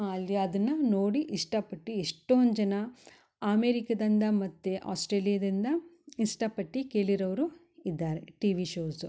ಅಲ್ಲಿ ಅದನ್ನ ನೋಡಿ ಇಷ್ಟಪಟ್ಟು ಎಷ್ಟೊಂದು ಜನ ಅಮೇರಿಕದಿಂದ ಮತ್ತು ಆಸ್ಟ್ರೇಲಿಯದಿಂದ ಇಷ್ಟಪಟ್ಟು ಕೇಳಿರೊವರು ಇದ್ದಾರೆ ಟಿವಿ ಶೋಸು